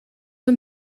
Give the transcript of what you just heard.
een